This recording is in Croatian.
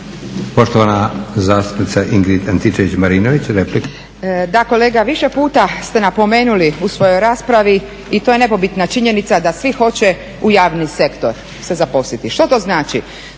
Poštovana zastupnica Ingrid Antičević-Marinović, replika. **Antičević Marinović, Ingrid (SDP)** Da, kolega, više puta ste napomenuli u svojoj raspravi i to je nepobitna činjenica da svi hoće u javni sektor se zaposliti. Što to znači?